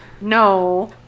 No